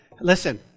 listen